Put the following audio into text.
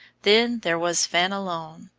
then there was fenelon,